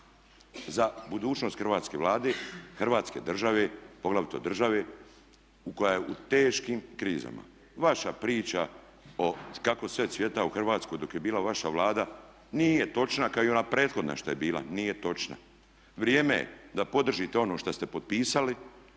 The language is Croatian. za budućnost hrvatske Vlade, Hrvatske države, poglavito države koja je u teškim krizama. Vaša priča o kako sve cvjeta u Hrvatskoj dok je bila vaša Vlada nije točna kao i ona prethodna što je bila, nije točna. Vrijeme je da podržite ono što ste potpisali,